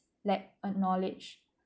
lack a knowledge